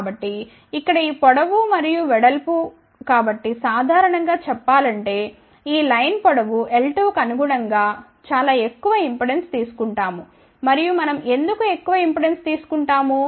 కాబట్టి ఇక్కడ ఈ పొడవు మరియు వెడల్పు కాబట్టి సాధారణంగా చెప్పాలంటే ఈ లైన్ పొడవు l2 కు అనుగుణంగా చాలా ఎక్కువ ఇంపెడెన్స్ తీసుకుంటాము మరియు మనం ఎందుకు ఎక్కువ ఇంపెడెన్స్ తీసుకుంటాము